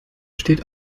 steht